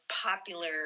popular